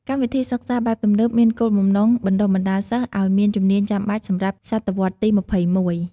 កម្មវិធីសិក្សាបែបទំនើបមានគោលបំណងបណ្ដុះបណ្ដាលសិស្សឲ្យមានជំនាញចាំបាច់សម្រាប់សតវត្សរ៍ទី២១។